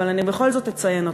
אבל אני בכל זאת אציין אותם.